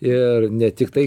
ir ne tiktai